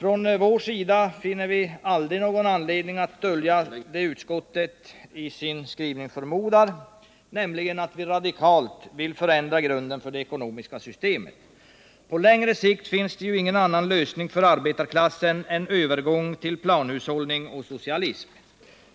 På vår sida finner vi aldrig någon anledning att dölja det som utskottet i sin skrivelse förmodar, nämligen att vi radikalt vill förändra grunden för det ekonomiska systemet. På längre sikt finns det ingen annan lösning för arbetarklassen än övergång till planhushållning och socialism.